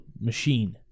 machine